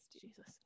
jesus